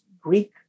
Greek